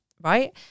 Right